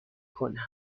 کنم